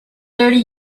thirty